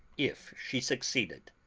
if she succeeded.